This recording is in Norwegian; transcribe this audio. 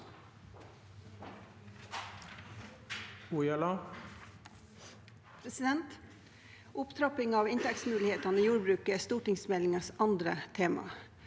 Opptrapping av inn- tektsmulighetene i jordbruket er stortingsmeldingens andre tema.